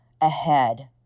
ahead